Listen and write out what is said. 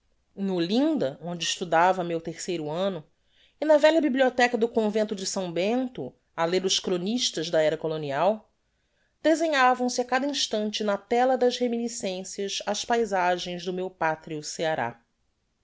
em olinda onde estudava meu terceiro anno e na velha bibliotheca do convento de s bento á ler os chronistas da era colonial desenhavam-se á cada instante na tela das reminiscencias as paysagens do meu patrio ceará